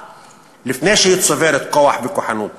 לפני שהיא צוברת כוח וכוחנות.